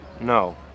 No